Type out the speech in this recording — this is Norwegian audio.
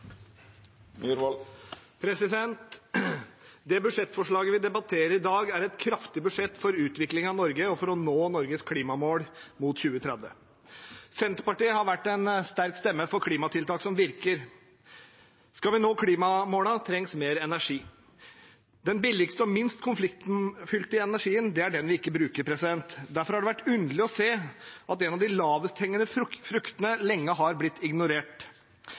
for å nå Norges klimamål mot 2030. Senterpartiet har vært en sterk stemme for klimatiltak som virker. Skal vi nå klimamålene, trengs det mer energi. Den billigste og minst konfliktfylte energien er den vi ikke bruker. Derfor har det vært underlig å se at en av de lavest hengende fruktene lenge er blitt ignorert.